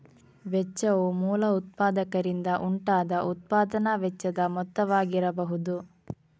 ವೆಚ್ಚವು ಮೂಲ ಉತ್ಪಾದಕರಿಂದ ಉಂಟಾದ ಉತ್ಪಾದನಾ ವೆಚ್ಚದ ಮೊತ್ತವಾಗಿರಬಹುದು